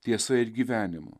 tiesa ir gyvenimu